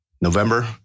November